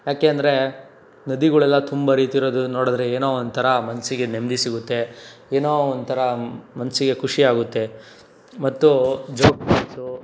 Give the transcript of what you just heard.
ಯಾಕೆಂದರೆ ನದಿಗಳೆಲ್ಲ ತುಂಬಿ ಹರೀತಿರೋದನ್ನ ನೋಡಿದ್ರೆ ಏನೋ ಒಂಥರ ಮನಸ್ಸಿಗೆ ನೆಮ್ಮದಿ ಸಿಗುತ್ತೆ ಏನೋ ಒಂಥರ ಮನಸ್ಸಿಗೆ ಖುಷಿ ಆಗುತ್ತೆ ಮತ್ತು ಜೋಗ್ ಫಾಲ್ಸು